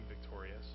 victorious